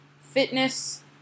fitness